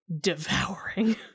devouring